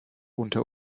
unter